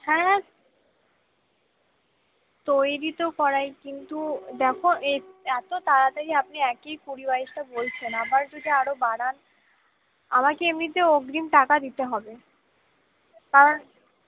হ্যাঁ তৈরি তো করাই কিন্তু দেখো এই এত তাড়াতাড়ি আপনি একেই কুড়ি বাইশটা বলছেন আবার যদি আরও বাড়ান আমাকে এমনিতেও অগ্রিম টাকা দিতে হবে কারণ